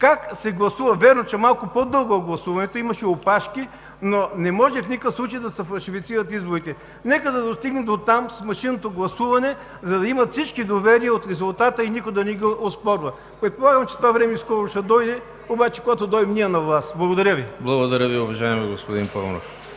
Как се гласува? Вярно е, че малко по-дълго е гласуването, имаше опашки, но не може в никакъв случай да се фалшифицират изборите. Нека да достигнем дотам с машинното гласуване, за да имат всички доверие от резултата и никой да не го оспорва. Предполагам, че това време скоро ще дойде, обаче когато дойдем ние на власт. Благодаря Ви. (Ръкопляскания от „БСП за